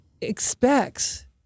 expects